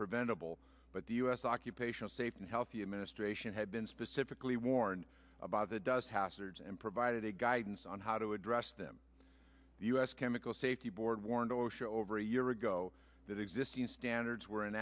preventable but the u s occupational safe and healthy administration had been specifically warned about the dust hazards and provided a guidance on how to address them the u s chemical safety board warned osha over a year ago that existing standards were